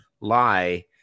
lie